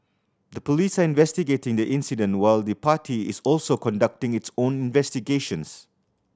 the police are investigating the incident while the party is also conducting its own investigations